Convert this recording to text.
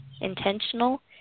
intentional